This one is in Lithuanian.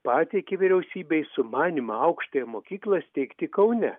pateikė vyriausybei sumanymą aukštąją mokyklą steigti kaune